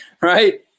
right